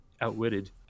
outwitted